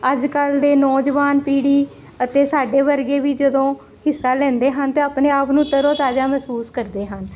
ਅੱਜ ਕੱਲ੍ਹ ਦੀ ਨੌਜਵਾਨ ਪੀੜ੍ਹੀ ਅਤੇ ਸਾਡੇ ਵਰਗੇ ਵੀ ਜਦੋਂ ਹਿੱਸਾ ਲੈਂਦੇ ਹਨ ਅਤੇ ਆਪਣੇ ਆਪ ਨੂੰ ਤਰੋ ਤਾਜ਼ਾ ਮਹਿਸੂਸ ਕਰਦੇ ਹਨ